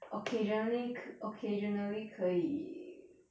occasionally c~ occasionally 可以